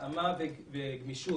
התאמה וגמישות